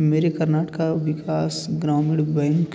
मेरे कर्नाटका विकास ग्रामीण बैंक